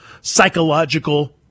psychological